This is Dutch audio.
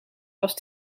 was